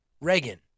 Reagan